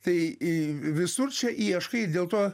tai visur čia ieškai dėl to